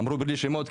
אמרו בלי שמות,